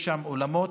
יש שם אולמות,